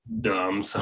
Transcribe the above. Dumb